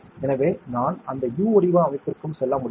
எனவே நான் அந்த U வடிவ அமைப்பிற்கும் செல்ல முடியும்